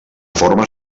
forma